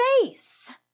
face